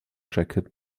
jacket